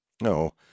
No